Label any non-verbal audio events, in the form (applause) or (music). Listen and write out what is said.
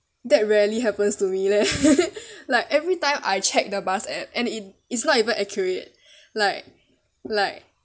that rarely happens to me leh (laughs) (breath) like every time I check the bus app and it it's not even accurate like like